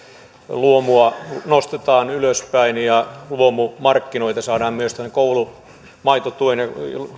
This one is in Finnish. luomua nostetaan ylöspäin ja luomumarkkinoita saadaan myös koulumaitotuen ja